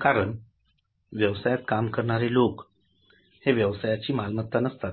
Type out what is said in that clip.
कारण व्यवसायात काम करणारे लोक हे व्यवसायाची मालमत्ता नसतात